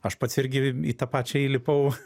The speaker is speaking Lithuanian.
aš pats irgi į tą pačią įlipau